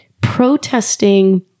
protesting